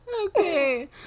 Okay